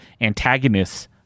antagonists